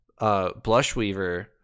Blushweaver